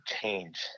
change